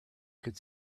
could